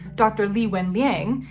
dr. lee wen liang,